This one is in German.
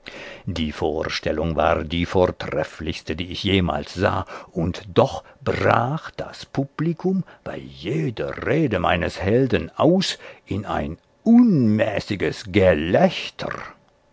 die vorstellung war die vortrefflichste die ich jemals sah und doch brach das publikum bei jeder rede meines helden aus in ein unmäßiges gelächter